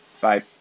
Bye